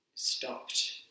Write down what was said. Stopped